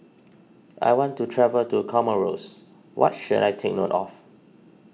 I want to travel to Comoros what should I take note of